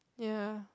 ya